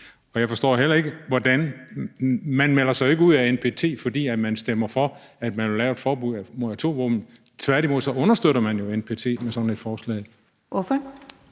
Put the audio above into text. Jeg forstår heller ikke noget andet. Man melder sig jo ikke ud af NPT, fordi man stemmer for at lave et forbud mod atomvåben. Tværtimod understøtter man NPT med sådan et forslag. Kl.